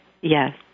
Yes